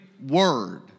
Word